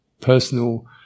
personal